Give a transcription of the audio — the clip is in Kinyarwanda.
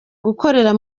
gukorera